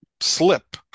slip